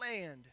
land